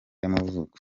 y’amavuko